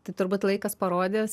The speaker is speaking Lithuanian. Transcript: tai turbūt laikas parodys